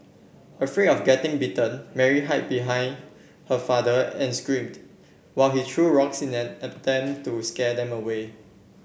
afraid of getting bitten Mary hide behind her father and screamed while he threw rocks in an attempt to scare them away